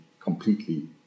completely